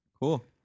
Cool